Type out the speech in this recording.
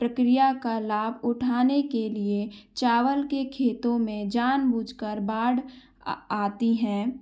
प्रक्रिया का लाभ उठाने के लिए चावल के खेतों में जान बुझ कर बाढ़ आ आती हैं